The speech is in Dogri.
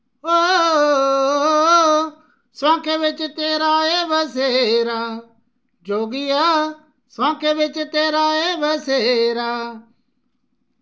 ओ सुआंखे बिच तेरा ऐ बसेरा जोगिया सुआंखे बिच तेरा ऐ बसेरा